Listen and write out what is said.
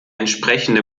entsprechende